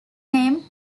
name